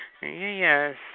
Yes